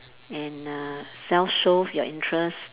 and uh self show your interest